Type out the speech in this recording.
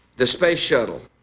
the space shuttle,